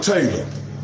Taylor